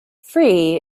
free